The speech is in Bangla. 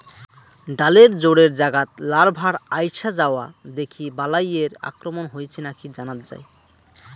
ডালের জোড়ের জাগাত লার্ভার আইসা যাওয়া দেখি বালাইয়ের আক্রমণ হইছে নাকি জানাত যাই